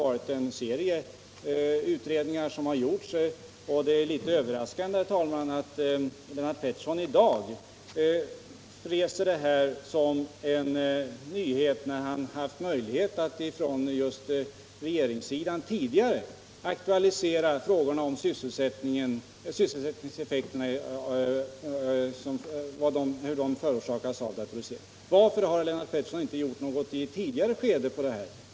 Lennart Pettersson har ju haft möjlighet att tidigare — från regeringssidan — aktualisera sysselsättningseffekterna. Varför har Lennart Pettersson inte gjort någonting på det området i ett tidigare skede?